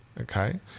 Okay